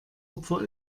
opfer